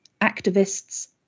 activists